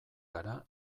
gara